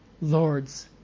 Lord's